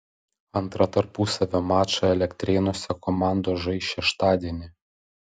antrą tarpusavio mačą elektrėnuose komandos žais šeštadienį